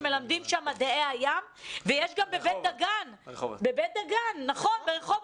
בבית דגן וברחובות.